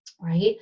right